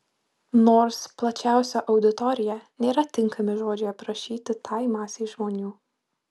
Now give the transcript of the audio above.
nors plačiausia auditorija nėra tinkami žodžiai aprašyti tai masei žmonių